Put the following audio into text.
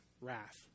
wrath